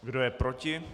Kdo je proti?